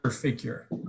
figure